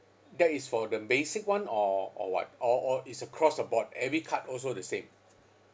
that is for the basic one or or what or or is a cross aboard every card also the same